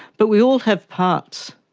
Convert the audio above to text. but we all have parts,